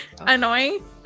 Annoying